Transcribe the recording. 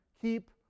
keep